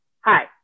Hi